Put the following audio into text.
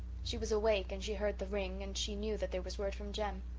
she was awake and she heard the ring and she knew that there was word from jem.